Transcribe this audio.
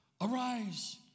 Arise